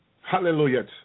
hallelujah